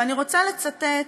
ואני רוצה לצטט,